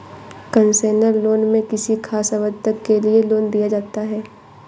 concessional loan में किसी खास अवधि तक के लिए लोन दिया जाता है